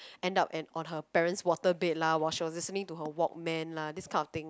end up and on her parents water bed lah watch show listening to her walkman lah this kind of thing